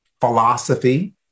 philosophy